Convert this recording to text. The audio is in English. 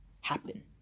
happen